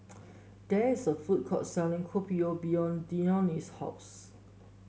there is a food court selling Kopi O behind Dione's house